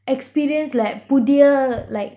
experience like புதிய:puthiya like